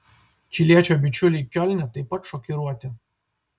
čiliečio bičiuliai kiolne taip pat šokiruoti